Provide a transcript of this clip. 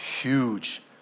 Huge